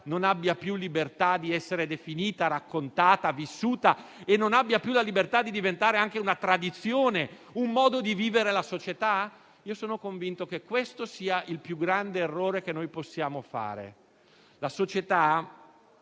non abbia più libertà di essere definita, raccontata, vissuta e non abbia più la libertà di diventare anche una tradizione, un modo di vivere la società? Io sono convinto che questo sia il più grande errore che noi possiamo fare. La società